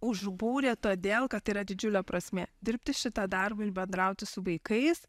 užbūrė todėl kad tai yra didžiulė prasmė dirbti šitą darbą ir bendrauti su vaikais